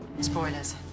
Spoilers